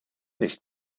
nicht